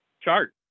chart